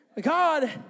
God